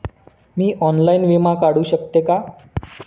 मी online विमा काढू शकते का?